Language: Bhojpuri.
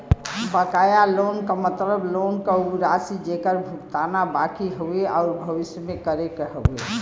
बकाया लोन क मतलब लोन क उ राशि जेकर भुगतान बाकि हउवे आउर भविष्य में करे क हउवे